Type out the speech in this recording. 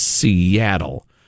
Seattle